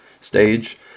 stage